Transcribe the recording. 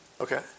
okay